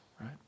right